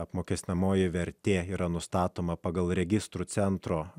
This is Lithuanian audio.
apmokestinamoji vertė yra nustatoma pagal registrų centro